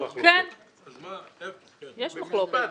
יש מחלוקת?